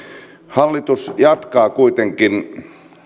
hallitus jatkaa kuitenkin